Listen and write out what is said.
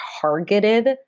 targeted